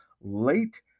late